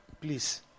Please